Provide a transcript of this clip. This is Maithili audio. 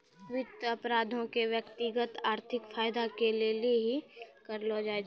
वित्त अपराधो के व्यक्तिगत आर्थिक फायदा के लेली ही करलो जाय छै